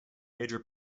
major